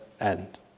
end